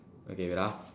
okay wait ah